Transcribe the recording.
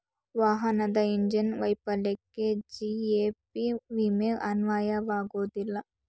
ವಾಹನದ ಇಂಜಿನ್ ವೈಫಲ್ಯಕ್ಕೆ ಜಿ.ಎ.ಪಿ ವಿಮೆ ಅನ್ವಯವಾಗುವುದಿಲ್ಲ